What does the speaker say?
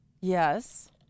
Yes